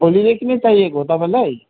भोलिदेखि नै चाहिएको हो तपाईँलाई